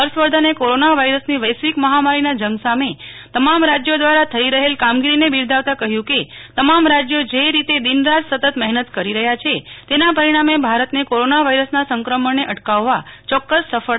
હર્ષવર્ધને કોરોના વાયરસની વશ્વિક મહામારીના જંગ સામે તમામ રાજયો દવારા થઈ રહેલ કામગીરીને બિરદાવતાં કહયું ક તમામ રાજયો જે રીતે દિન રાત સતત મહેનત કરી રહયા છે તેના પરિ ણામે ભારતને કોરોના વાયરસનાં સંક્રમણન અટકાવવા ચોકકસ સફળતા મળશે